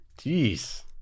Jeez